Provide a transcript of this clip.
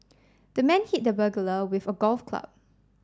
the man hit the burglar with a golf club